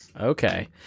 Okay